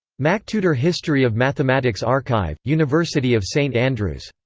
mactutor history of mathematics archive, university of st andrews.